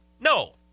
No